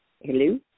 Hello